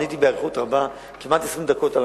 עניתי באריכות רבה על המסתננים, כמעט 20 דקות.